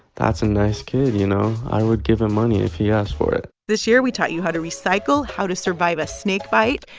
that's a nice kid, you know? i would give him money if he asked for it this year we taught you how to recycle, how to survive a snakebite,